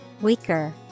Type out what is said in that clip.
weaker